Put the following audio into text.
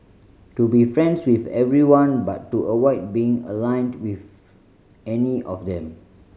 to be friends with everyone but to avoid being aligned with any of them